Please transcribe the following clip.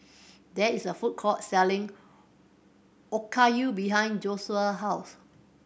there is a food court selling Okayu behind Josiah house